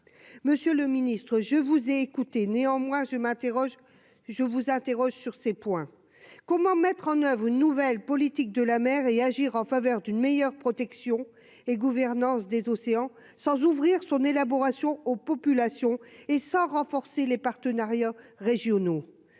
monsieur le ministre, je vous écouté, néanmoins je m'interroge, je vous interroge sur ces points, comment mettre en oeuvre une nouvelle politique de la mer et agir en faveur d'une meilleure protection et gouvernance des océans sans ouvrir son élaboration aux populations et sans renforcer les partenariats régionaux,